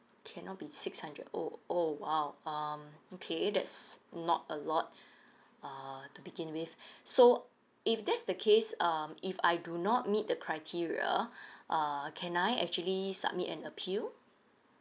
cannot be six hundred oh oh !wow! um okay that's not a lot uh to begin with so if that's the case um if I do not meet the criteria err can I actually submit an appeal